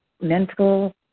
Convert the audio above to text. mental